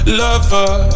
lover